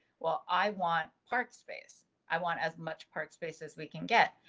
well, i want part space i want as much part spaces we can get.